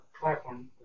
platform